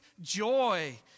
joy